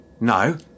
No